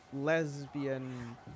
lesbian